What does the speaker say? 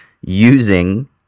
using